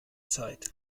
zeit